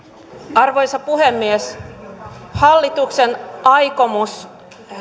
arvoisa puhemies hallituksen aikomus